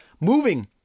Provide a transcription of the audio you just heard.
Moving